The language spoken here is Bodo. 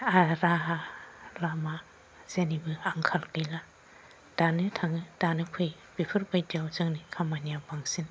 राहा लामा जेनिबो आंखाल गैला दानो थाङो दानो फैयो बेफोर बायदियाव जोंनि खामानिया बांसिन